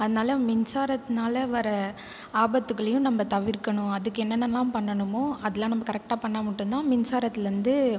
அதனாலே மின்சாரத்தினால வர ஆபத்துகளையும் நம்ப தவிர்க்கணும் அதுக்கு என்னென்னலாம் பண்ணணுமோ அதுலாம் நம்ம கரெக்ட்டாக பண்ணிணா மட்டும் தான் மின்சாரத்துலேருந்து